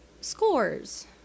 scores